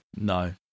no